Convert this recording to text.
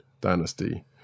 Dynasty